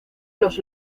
los